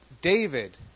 David